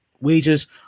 wages